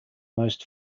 most